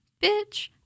Bitch